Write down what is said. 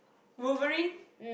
Wolverine